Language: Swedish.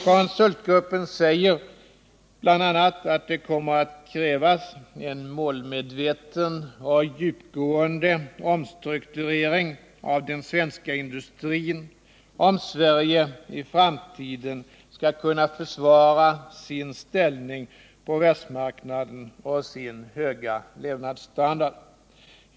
Konsultbolaget säger bl.a. att det kommer att krävas en målmedveten och djupgående omstrukturering av den svenska industrin om Sverige i framtiden skall kunna försvara sin ställning på världsmarknaden och sin höga levnadsstandard.